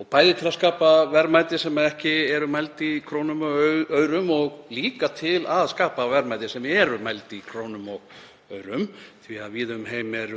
og bæði til að skapa verðmæti sem ekki verða mæld í krónum og aurum og líka til að skapa verðmæti sem verða mæld í krónum og aurum því að víða um heim er